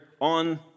on